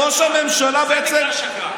ראש הממשלה בעצם,